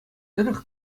тӑрӑх